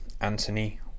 Anthony